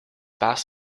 pass